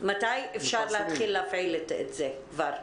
מתי אפשר להתחיל להפעיל את זה כבר?